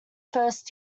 first